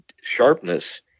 sharpness